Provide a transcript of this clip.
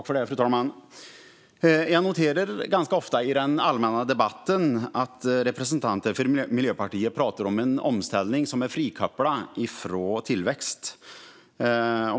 Fru talman! Jag noterar ganska ofta i den allmänna debatten att representanter för Miljöpartiet pratar om en omställning som är frikopplad från tillväxt.